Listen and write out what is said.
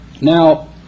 Now